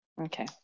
Okay